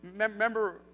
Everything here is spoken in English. Remember